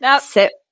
sit